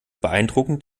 beeindruckend